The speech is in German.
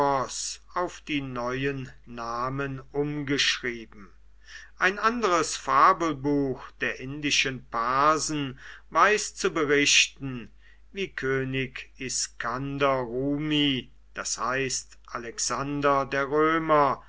auf die neuen namen umgeschrieben ein anderes fabelbuch der indischen parsen weiß zu berichten wie könig iskander rumi das heißt alexander der römer